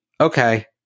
okay